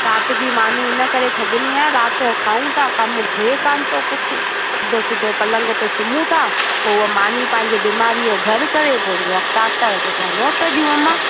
राति जी मानी इनकरे छॾिणी आहे राति जो खाऊं था कमु थिए कान थो कुझु सिधो सिधो पलंग ते सुम्हूं था पोइ उहा मानी पंहिंजे बीमारी जो घरु करे पवंदो आहे डाक्टर खे पिया नोट ॾियूं अमा